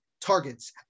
targets